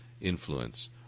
influence